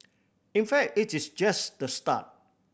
in fact it is just the start